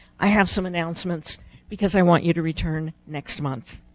i have some announcements because i want you to return next month.